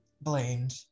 blamed